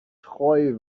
treu